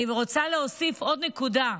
אני רוצה להוסיף עוד נקודה.